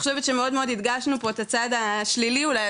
אני חושבת שמאוד מאוד הדגשנו פה את הצד השלילי אולי,